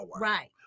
Right